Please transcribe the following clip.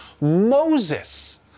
Moses